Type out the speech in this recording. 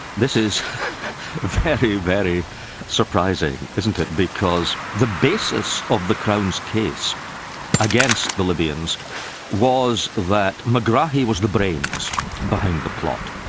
this is very, very surprising, isn't it, because the basis of the crown's case against the libyans was that megrahi was the brains behind the plot.